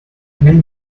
nimm